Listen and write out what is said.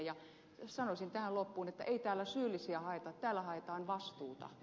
ja sanoisin tähän loppuun ei täällä syyllisiä haeta täällä haetaan vastuuta